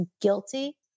guilty